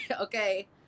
okay